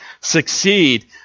succeed